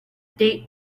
date